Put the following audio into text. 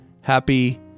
happy